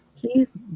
Please